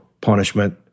punishment